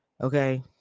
Okay